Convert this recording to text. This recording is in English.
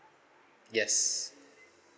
yes